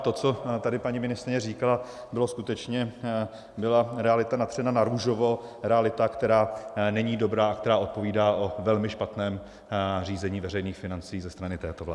To, co tady paní ministryně říkala, skutečně byla realita natřená narůžovo, realita, která není dobrá a která odpovídá o velmi špatném řízení veřejných financí ze strany této vlády.